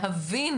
להבין